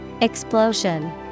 Explosion